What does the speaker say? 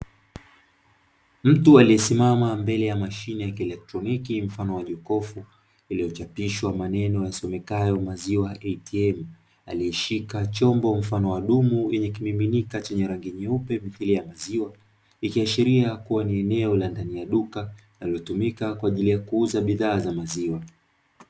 Mtu aliyesimama mbele ya mashine ya kielektroniki mfano wa jokofu, iliyochapishwa maneno yasomekayo maziwa ya "ATM" aliyeshika chombo mfano wa dumu yenye kimiminika chenye rangi nyeupe mithili ya maziwa, ikiashiria kuwa ni eneo la ndani ya duka linalotumika kwa ajili ya kuuza bidhaa za maziwa.